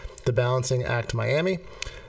thebalancingactmiami